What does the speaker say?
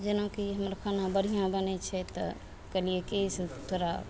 जेनाकि हमर खाना बढ़ियाँ बनय छै तऽ कहलियै की थोड़ा